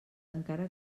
encara